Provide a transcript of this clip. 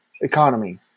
economy